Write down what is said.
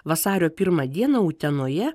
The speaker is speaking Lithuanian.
vasario pirmą dieną utenoje